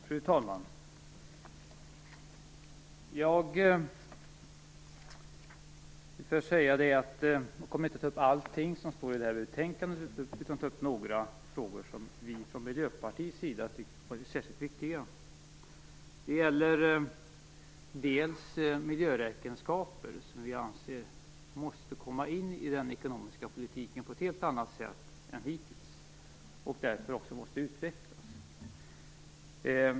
Fru talman! Jag kommer inte att ta upp allting som står i betänkandet, utan bara några frågor som vi i Miljöpartiet tyckt varit särskilt viktiga. Det gäller dels miljöräkenskaper, som vi anser måste komma in i den ekonomiska politiken på ett helt annat sätt än hittills, och därför också måste utvecklas.